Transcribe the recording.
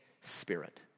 spirit